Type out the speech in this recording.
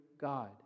God